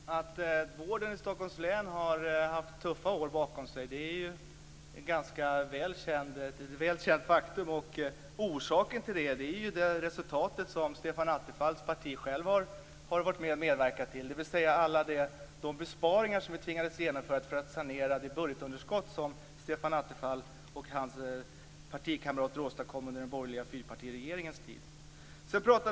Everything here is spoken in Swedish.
Fru talman! Att vården i Stockholms län har tuffa år bakom sig är ett väl känt faktum. Det är ju resultatet av det som Stefan Attefalls parti självt har medverkat till. Orsaken är alltså alla de besparingar som vi tvingades genomföra för att sanera det budgetunderskott som Stefan Attefall och hans partikamrater åstadkom under den borgerliga fyrpartiregeringens tid.